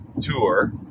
tour